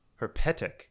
-herpetic